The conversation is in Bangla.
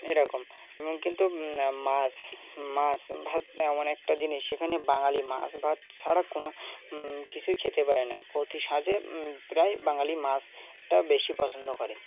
এরকম এবং কিন্তু মাস মাস ভাত এমন একটা জিনিস সেখানে বাঙালি মাস ভাত ছড়া কোনো কিছুই খেতে পারে না পতি সাজে প্রায় বাঙালি মাছটা বেশি পছন্দ করে